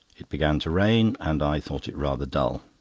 it began to rain, and i thought it rather dull.